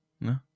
No